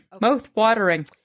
Mouth-watering